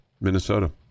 Minnesota